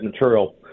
material